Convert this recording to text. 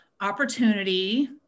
opportunity